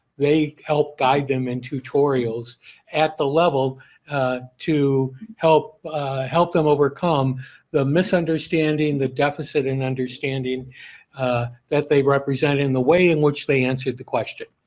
they help guide them in tutorials at the level to help help them overcome the misunderstanding, the deficit and understanding that they represent in the way in which they answered the question.